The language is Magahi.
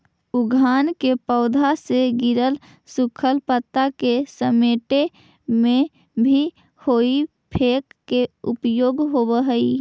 उद्यान के पौधा से गिरल सूखल पता के समेटे में भी हेइ फोक के उपयोग होवऽ हई